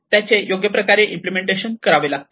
त्याचे योग्य प्रकारे इम्पलेमेंटेशन करावे लागते